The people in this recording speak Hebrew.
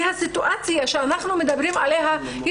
כי הסיטואציה שאנחנו מדברים עליה היא